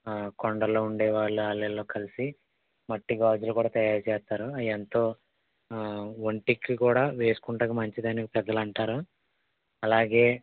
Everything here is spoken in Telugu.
ఆ కొండల్లో ఉండేవాళ్ళు వాళ్ళు వీళ్ళు కలిసి మట్టి గాజులు కూడా తయారు చేస్తారు అవి ఎంతో ఒంటికి కూడా వేసుకోడానికి మంచిదని ప్రజలు అంటారు అలాగే